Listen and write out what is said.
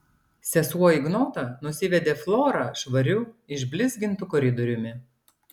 sesuo ignota nusivedė florą švariu išblizgintu koridoriumi